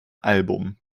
album